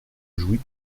jouy